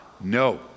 No